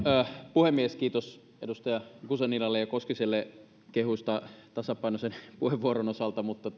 puhemies kiitos edustaja guzeninalle ja koskiselle kehuista tasapainoisen puheenvuoron osalta mutta